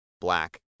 black